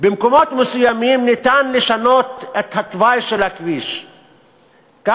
במקומות מסוימים אפשר לשנות את התוואי של הכביש כך